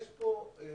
יש פה ארגון